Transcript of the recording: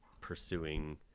pursuing